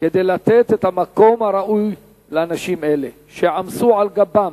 כדי לתת את המקום הראוי לאנשים אלה, שעמסו על גבם